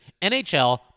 NHL